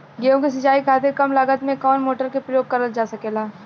गेहूँ के सिचाई खातीर कम लागत मे कवन मोटर के प्रयोग करल जा सकेला?